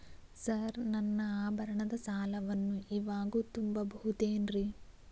Sir ನನ್ನ ಆಭರಣ ಸಾಲವನ್ನು ಇವಾಗು ತುಂಬ ಬಹುದೇನ್ರಿ?